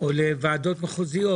או לוועדות מחוזיות